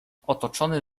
otoczony